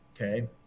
okay